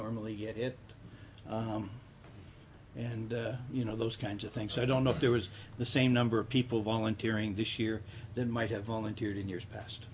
normally get it home and you know those kinds of things i don't know if there was the same number of people volunteering this year that might have volunteered in years past